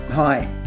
Hi